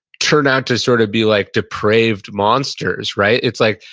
turned out to sort of be like depraved monsters, right? it's like,